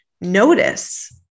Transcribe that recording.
notice